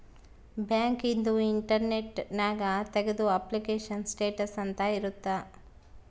bank ಇಂದು internet ನ್ಯಾಗ ತೆಗ್ದು ಅಪ್ಲಿಕೇಶನ್ ಸ್ಟೇಟಸ್ ಅಂತ ಇರುತ್ತ